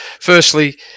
Firstly